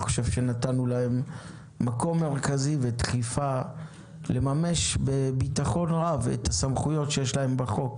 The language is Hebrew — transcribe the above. נתנו להם מקום מרכזי ודחיפה לממש בביטחון רב את הסמכויות שיש להם בחוק